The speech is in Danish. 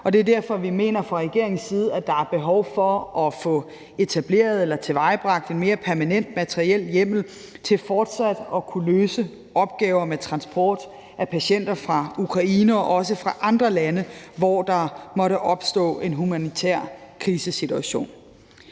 og det er derfor, vi fra regeringens side mener, at der er behov for at få tilvejebragt en mere permanent materiel hjemmel til fortsat at kunne løse opgaver med transport af patienter fra Ukraine og også fra andre lande, hvor der måtte opstå en humanitær krisesituation.